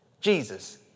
Jesus